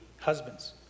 husbands